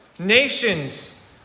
Nations